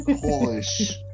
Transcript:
Polish